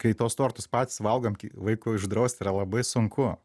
kai tuos tortus patys valgom ki vaikui uždraust yra labai sunku